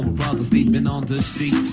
brother sleeping on the street